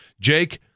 Jake